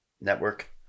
network